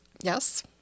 Yes